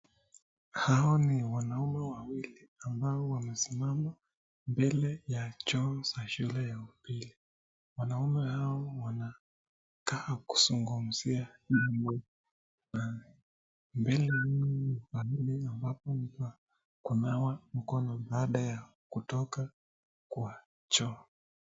Hao ni wanaume wawili ambao wamesimama mbele za choo za shule ya upili. Wanaume hao wanakaa kuzungumzia vitu mbele yao ni mahali ambapo pa kunawa mkono baada ya kutoka kwa choo.